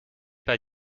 pas